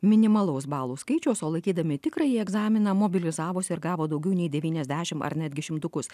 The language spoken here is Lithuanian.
minimalaus balų skaičiaus o laikydami tikrąjį egzaminą mobilizavosi ir gavo daugiau nei devyniasdešim ar netgi šimtukus